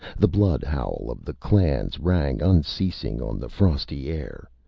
the blood-howl of the clans rang unceasing on the frosty air,